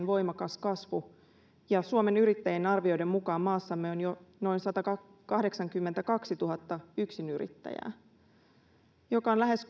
voimakas kasvu ja suomen yrittäjien arvioiden mukaan maassamme on jo noin satakahdeksankymmentäkaksituhatta yksinyrittäjää ja se on lähes